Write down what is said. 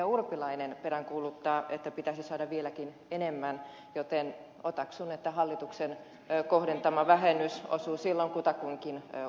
urpilainen peräänkuuluttaa että pitäisi saada vieläkin enemmän joten otaksun että hallituksen kohdentama vähennys osuu silloin kutakuinkin oikeaan